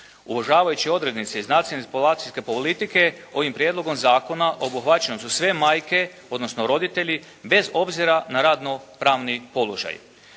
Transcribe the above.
Uvažavajući odrednice iz nacionalne populacijske politike ovim prijedlogom zakona obuhvaćene su sve majke odnosno roditelji bez obzira na radno pravni položaj.